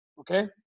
okay